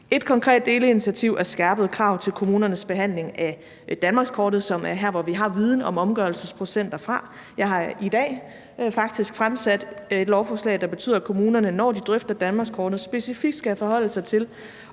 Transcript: Ét konkret delinitiativ er skærpede krav til kommunernes behandling af Danmarkskortet, som er her, hvor vi har viden om omgørelsesprocenter fra. Jeg har faktisk i dag fremsat et lovforslag, der betyder, at kommunerne, når de drøfter Danmarkskortet, specifikt skal forholde sig til,